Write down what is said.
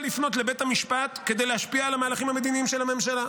לפנות לבית המשפט כדי להשפיע על המהלכים המדיניים של הממשלה.